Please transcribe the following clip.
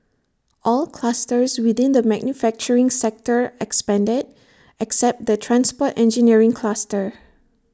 all clusters within the manufacturing sector expanded except the transport engineering cluster